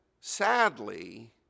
sadly